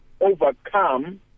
overcome